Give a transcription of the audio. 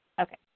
Okay